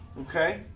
Okay